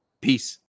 Peace